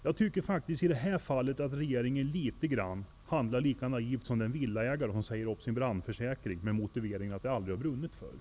Jag tycker faktiskt att regeringen i det här fallet litet grand handlar lika naivt som den villaägare som säger upp sin brandförsäkring med motiveringen att det aldrig har brunnit förr.